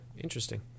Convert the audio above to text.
Interesting